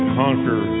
conquer